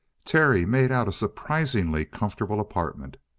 terry made out a surprisingly comfortable apartment.